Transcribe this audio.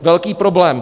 Velký problém!